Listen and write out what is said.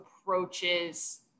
approaches